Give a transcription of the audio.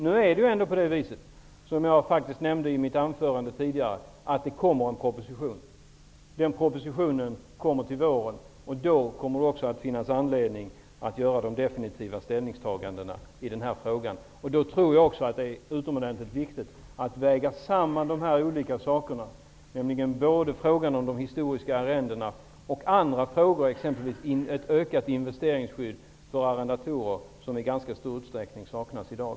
Jag nämnde faktiskt tidigare i mitt anförande att det kommer en proposition till våren. Då kommer det också att finnas anledning att göra de definitiva ställningstagandena i den här frågan. Jag tror att det är utomordentligt viktigt att man väger samman både frågan om de historiska arrendena och andra frågor, exempelvis frågan om ett ökat investeringsskydd för arrendatorer. Det saknas i ganska stor utsträckning i dag.